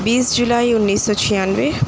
بیس جولائی اُنیس سو چھیانوے